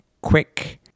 quick